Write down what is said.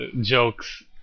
jokes